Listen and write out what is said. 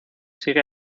sigue